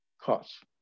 cost